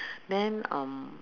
then um